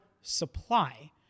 supply